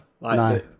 No